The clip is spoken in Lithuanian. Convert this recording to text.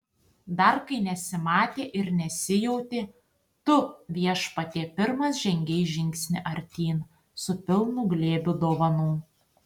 dar kai nesimatė ir nesijautė tu viešpatie pirmas žengei žingsnį artyn su pilnu glėbiu dovanų